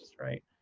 Right